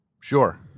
sure